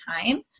time